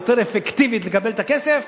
יותר אפקטיבית לקבל את הכסף,